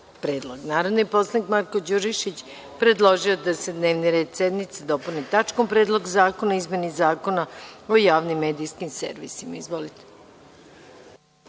poslanik Marko Đurišić predložio je da se dnevni red sednice dopuni tačkom – Predlog zakona o izmeni Zakona o javnim medijskim servisima. Izvolite.